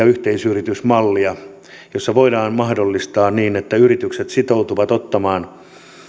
yhteisyritysmallia jossa voidaan mahdollistaa se että yritykset sitoutuvat ottamaan